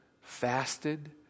fasted